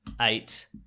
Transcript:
eight